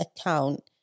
account